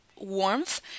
warmth